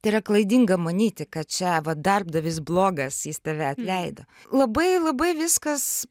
tai yra klaidinga manyti kad čia vat darbdavys blogas jis tave atleido labai labai viskas